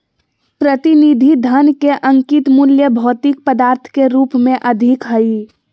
प्रतिनिधि धन के अंकित मूल्य भौतिक पदार्थ के रूप में अधिक हइ